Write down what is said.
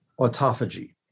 autophagy